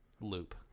loop